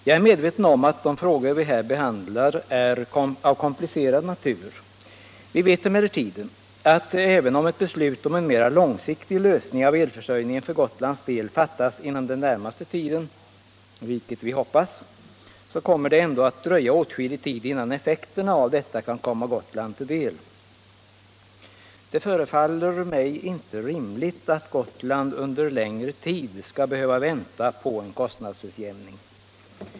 Jag är medveten om att de frågor vi här behandlar är av komplicerad natur. Vi vet emellertid att även om ett beslut om en mera långsiktig lösning av elförsörjningen för Gotlands del fattas inom den närmaste tiden — vilket vi hoppas — så dröjer det åtskillig tid innan effekterna av detta kan komma Gotland till del. Det förefaller mig inte rimligt att Gotland under längre tid skall behöva vänta på en Kostnadsutjämning.